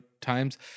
times